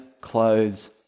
clothes